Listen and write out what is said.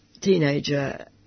teenager